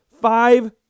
five